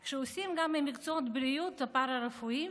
גם כשעושים ממקצועות הבריאות הפארה-רפואיים